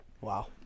Wow